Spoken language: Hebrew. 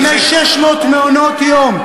אתם העליתם.